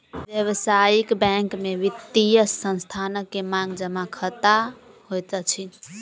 व्यावसायिक बैंक में वित्तीय संस्थान के मांग जमा खता होइत अछि